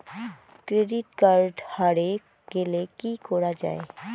Credit card হারে গেলে কি করা য়ায়?